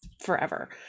forever